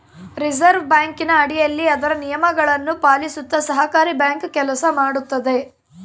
reserve ಬ್ಯಾಂಕಿನ ಅಡಿಯಲ್ಲಿ ಅದರ ನಿಯಮಗಳನ್ನು ಪಾಲಿಸುತ್ತ ಸಹಕಾರಿ ಬ್ಯಾಂಕ್ ಕೆಲಸ ಮಾಡುತ್ತದೆ